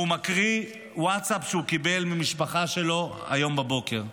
הוא מקריא ווטסאפ שהוא קיבל ממשפחה שלו היום בבוקר,